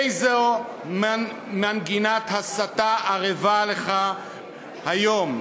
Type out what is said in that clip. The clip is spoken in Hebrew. איזו מנגינת הסתה ערבה לך היום?